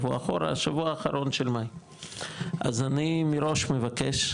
שבוע האחרון של מאי, אז אני מראש מבקש,